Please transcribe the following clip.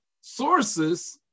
sources